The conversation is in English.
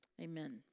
Amen